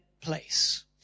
place